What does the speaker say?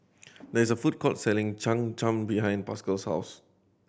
there is a food court selling Cham Cham behind Pascal's house